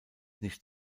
nicht